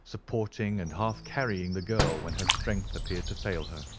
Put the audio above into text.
supporting and half-carrying the girl when her strength appeared to fail her.